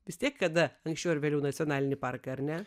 vis tiek kada anksčiau ar vėliau nacionalinį parką ar ne